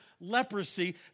leprosy